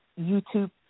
YouTube